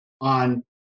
on